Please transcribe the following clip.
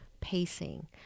pacing